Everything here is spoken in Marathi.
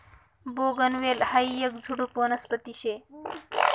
बोगनवेल हायी येक झुडुप वनस्पती शे